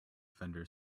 vendor